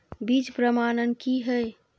बीज प्रमाणन की हैय?